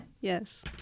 Yes